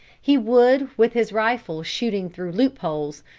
he would with his rifle shooting through loop-holes,